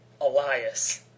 Elias